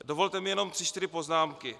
Dovolte mi jenom tři čtyři poznámky.